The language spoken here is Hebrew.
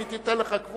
אם היא תיתן לך קווטה,